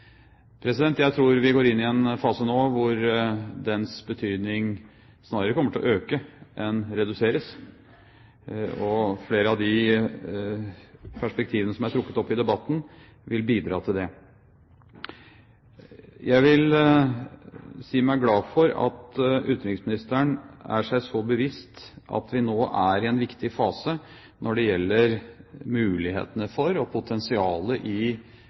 Jeg tror vi går inn i en fase nå hvor dens betydning snarere kommer til å øke enn reduseres. Flere av de perspektivene som er trukket opp i debatten, vil bidra til det. Jeg vil si meg glad for at utenriksministeren er seg så bevisst at vi nå er i en viktig fase når det gjelder mulighetene for og potensialet i